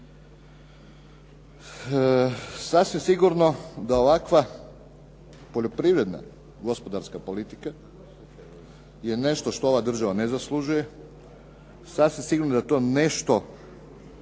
Sasvim sigurno da ovakva poljoprivredna gospodarska politika je nešto što ova država ne zaslužuje. Sasvim sigurno da je to nešto